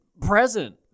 present